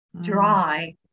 dry